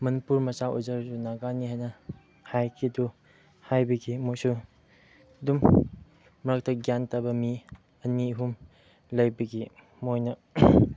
ꯃꯅꯤꯄꯨꯔ ꯃꯆꯥ ꯑꯣꯏꯖꯔꯁꯨ ꯅꯥꯒꯥꯅꯤ ꯍꯥꯏꯅ ꯍꯥꯏꯈꯤ ꯑꯗꯨ ꯍꯥꯏꯕꯒꯤ ꯃꯣꯏꯁꯨ ꯑꯗꯨꯝ ꯃꯔꯛꯇꯩ ꯒ꯭ꯌꯥꯟ ꯇꯥꯕ ꯃꯤ ꯑꯅꯤ ꯑꯍꯨꯝ ꯂꯩꯕꯒꯤ ꯃꯣꯏꯅ